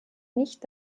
nicht